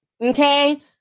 okay